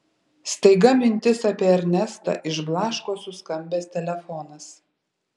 staiga mintis apie ernestą išblaško suskambęs telefonas